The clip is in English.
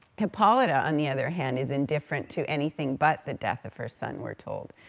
hippolita, on the other hand, is indifferent to anything but the death of her son, we're told.